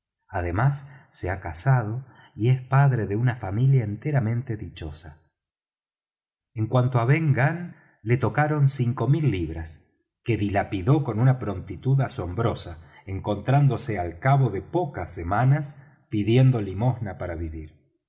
además se ha casado y es padre de una familia enteramente dichosa en cuanto á ben gunn le tocaron cinco mil libras que dilapidó con una prontitud asombrosa encontrándose al cabo de pocas semanas pidiendo limosna para vivir